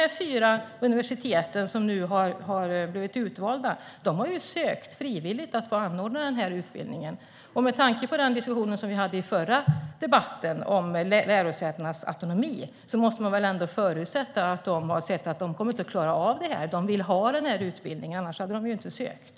De fyra universitet som nu har blivit utvalda har frivilligt sökt att få anordna den här utbildningen. Med tanke på den diskussion vi hade i den förra debatten om lärosätenas autonomi får vi väl förutsätta att de har sett att de inte kommer att klara av detta. De vill ha den här utbildningen, för annars hade de inte sökt.